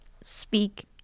speak